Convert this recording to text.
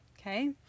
Okay